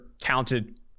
talented